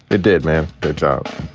it did, ma'am. good job.